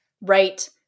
Right